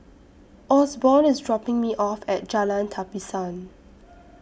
Osborne IS dropping Me off At Jalan Tapisan